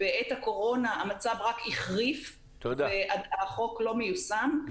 בעת הקורונה המצב רק החריף והחוק לא מיושם.